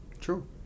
True